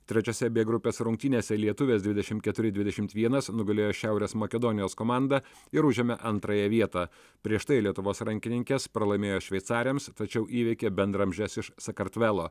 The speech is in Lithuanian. trečiose bė grupės rungtynėse lietuvės dvidešim keturi dvidešimt vienas nugalėjo šiaurės makedonijos komandą ir užėmė antrąją vietą prieš tai lietuvos rankininkės pralaimėjo šveicarėms tačiau įveikė bendraamžes iš sakartvelo